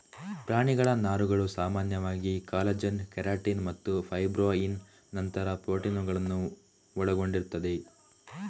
ಪ್ರಾಣಿಗಳ ನಾರುಗಳು ಸಾಮಾನ್ಯವಾಗಿ ಕಾಲಜನ್, ಕೆರಾಟಿನ್ ಮತ್ತು ಫೈಬ್ರೋಯಿನ್ ನಂತಹ ಪ್ರೋಟೀನುಗಳನ್ನ ಒಳಗೊಂಡಿರ್ತವೆ